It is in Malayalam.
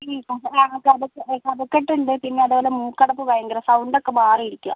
മ് ആ കഫ കഫക്കെട്ട് ഉണ്ട് പിന്നെ അതുപോല മൂക്കടപ്പ് ഭയങ്കരം സൗണ്ട് ഒക്കെ മാറി ഇരിക്കാണ്